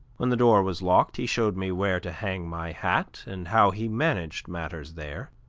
when the door was locked, he showed me where to hang my hat, and how he managed matters there.